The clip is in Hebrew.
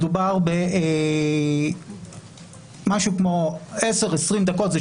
מדובר במשהו כמו 10-20 דקות.